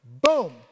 boom